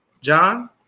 John